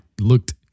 looked